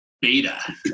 beta